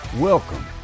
Welcome